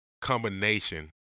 combination